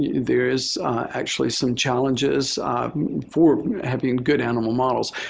there is actually some challenges for having good animal models.